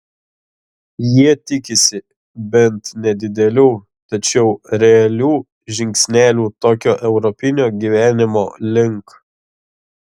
jie tikisi bent nedidelių tačiau realių žingsnelių tokio europinio gyvenimo link